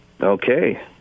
Okay